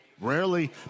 Rarely